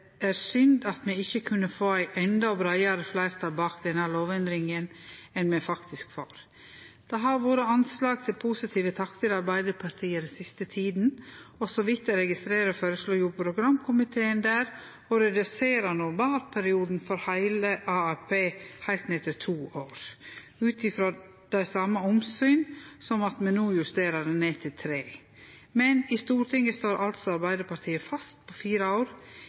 er synd at me ikkje kunne få eit endå breiare fleirtal bak denne lovendringa enn me faktisk får. Det har vore anslag til positive taktar i Arbeidarpartiet den siste tida, og så vidt eg har registrert, føreslo programkomiteen deira å redusere normalperioden for heile AFP heilt ned til to år, ut ifrå dei same omsyna som gjer at me no justerer det ned til tre år. Men i Stortinget står altså Arbeidarpartiet fast på fire år.